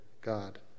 God